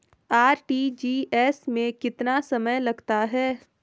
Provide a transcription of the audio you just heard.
RTGS में कितना समय लगता है?